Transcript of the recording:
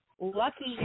Lucky